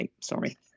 sorry